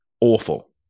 awful